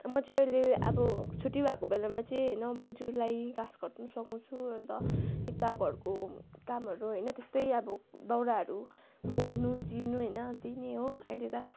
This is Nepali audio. म चाहिँ अहिले अब छुट्टी भएको बेलामा चाहिँ होइन बोज्यूलाई घाँस काट्नु सघाउँछु अन्त यता घरको कामहरू होइन त्यस्तै अब दाउराहरू बोक्नु चिर्नु होइन त्यही नै अहिले त